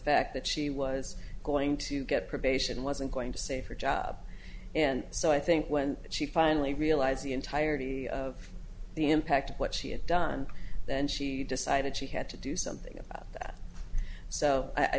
fact that she was going to get probation wasn't going to save her job and so i think when she finally realized the entirety of the impact of what she had done then she decided she had to do something about that so i